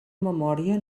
memòria